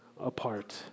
apart